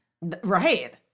Right